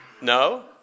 No